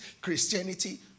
Christianity